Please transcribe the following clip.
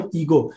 ego